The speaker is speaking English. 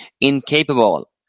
incapable